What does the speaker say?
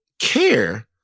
care